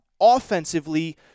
offensively